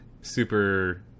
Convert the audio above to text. super